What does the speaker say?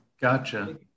gotcha